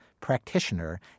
practitioner